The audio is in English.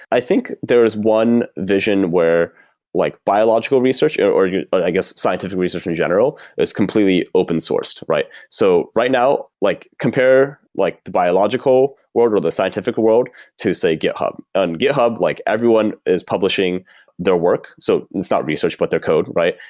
i think there is one vision where like biological research, or or i guess scientific research in general is completely open sourced, right? so right now, like compare like the biological world, or the scientific world to say github. and github, like everyone is publishing their work. so it's not research about but their code right?